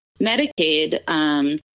Medicaid